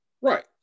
Right